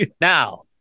Now